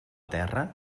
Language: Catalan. terra